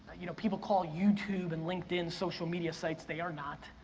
you know people call youtube and linkedin social media sites, they are not.